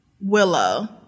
Willow